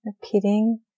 repeating